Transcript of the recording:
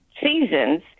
seasons